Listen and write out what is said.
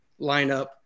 lineup